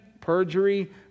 perjury